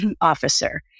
officer